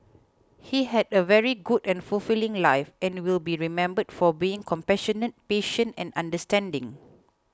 he had a very good and fulfilling life and will be remembered for being compassionate patient and understanding